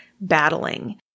battling